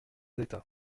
d’état